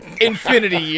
Infinity